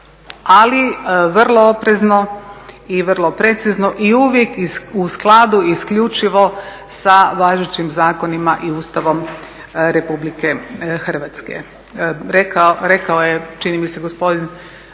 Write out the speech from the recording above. ali vrlo oprezno i vrlo precizno i uvijek u skladu i isključivo sa važećim zakonima i Ustavom Republike Hrvatske. Rekao je čini mi se gospodin